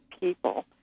people